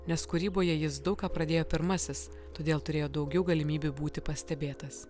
nes kūryboje jis daug ką pradėjo pirmasis todėl turėjo daugiau galimybių būti pastebėtas